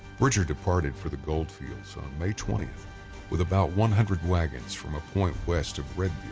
bridger departed for the gold fields on may twentieth with about one hundred wagons from a point west of red